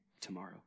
tomorrow